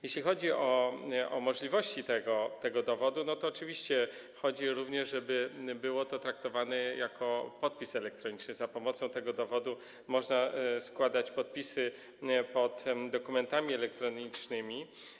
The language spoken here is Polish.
Jeśli chodzi o możliwości tego dowodu, to oczywiście chodzi również o to, żeby był on traktowany jako podpis elektroniczny, żeby za pomocą tego dowodu można było składać podpisy pod dokumentami elektronicznymi.